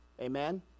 Amen